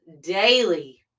daily